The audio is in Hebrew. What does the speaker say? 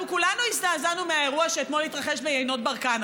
אנחנו כולנו הזדעזענו מהאירוע שאתמול התרחש ביינות ברקן,